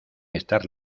estar